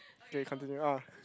ok continue ah